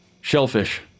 Shellfish